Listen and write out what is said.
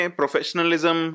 professionalism